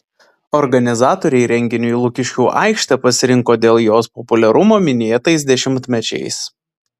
organizatoriai renginiui lukiškių aikštę pasirinko dėl jos populiarumo minėtais dešimtmečiais